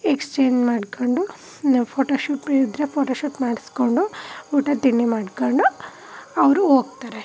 exchange ಮಾಡ್ಕೊಂಡು ಇನ್ನೂ photoshoot ಇದ್ದರೆ ಫೋಟೋಶೂಟ್ ಮಾಡಿಸ್ಕೊಂಡು ಊಟ ತಿಂಡಿ ಮಾಡ್ಕೊಂಡು ಅವರು ಹೋಗ್ತಾರೆ